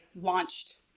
launched